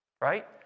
right